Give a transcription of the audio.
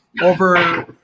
over